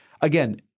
again